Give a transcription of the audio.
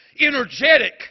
energetic